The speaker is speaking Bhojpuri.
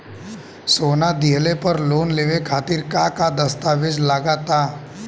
सोना दिहले पर लोन लेवे खातिर का का दस्तावेज लागा ता?